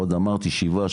עוד אמרתי שבעה,